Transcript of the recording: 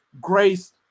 grace